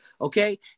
Okay